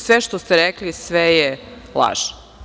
Sve što ste rekli sve je laž.